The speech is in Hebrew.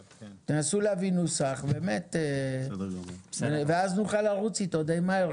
תנסו להביא נוסח ואז נוכל לרוץ אתו די מהר,